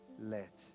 let